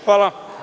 Hvala.